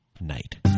night